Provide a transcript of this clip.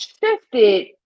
shifted